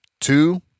Two